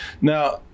Now